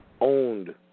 owned